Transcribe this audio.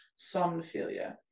somnophilia